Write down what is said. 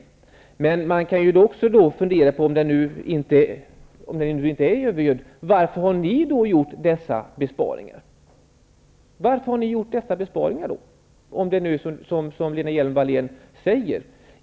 Men om den nu inte är övergödd kan man fundera över varför ni då har föreslagit dessa besparingar. Varför har ni föreslagit dessa besparingar om det nu är som Lena Hjelm-Wallén säger?